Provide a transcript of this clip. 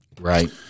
Right